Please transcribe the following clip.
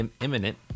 imminent